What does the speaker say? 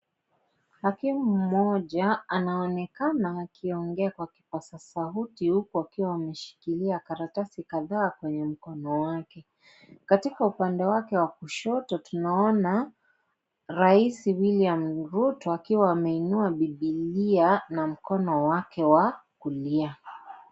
Hakimu mmoja anaonekana akiongea kwa kipaza sauti huku akiwa ameshikilia karatasi kadhaa kwenye mkono wake. Katika upande wake wa kushoto tunaona rais, William Ruto, akiwa ameinua Bibilia na mkono wake wa kulia.